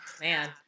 man